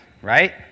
Right